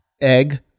egg